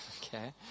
Okay